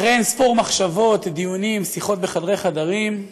אחרי אין-ספור מחשבות, דיונים, שיחות בחדרי-חדרים,